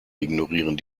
ignorieren